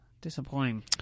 Disappointing